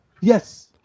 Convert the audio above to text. Yes